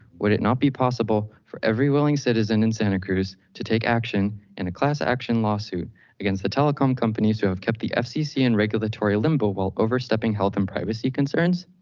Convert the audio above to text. would it not be possible for every willing citizen in santa cruz to take action in a class action lawsuit against the telecom companies who have kept the fcc and regulatory limbo while overstepping health and privacy concerns.